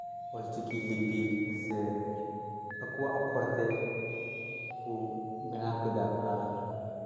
ᱚᱞᱪᱤᱠᱤ ᱞᱤᱯᱤ ᱥᱮ ᱟᱠᱚᱣᱟᱜ ᱚᱠᱠᱷᱚᱨ ᱛᱮᱠᱚ ᱵᱮᱱᱟᱣ ᱠᱮᱫᱟ ᱟᱨ